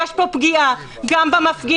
יש פה פגיעה גם במפגינים,